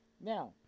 Now